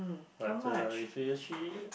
but the if he actually